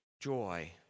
joy